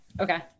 Okay